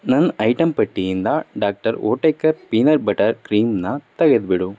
ನನ್ನ ಐಟಂ ಪಟ್ಟಿಯಿಂದ doctor Oetker peanut butter ಕ್ರೀಮನ್ನ ತೆಗೆದುಬಿಡು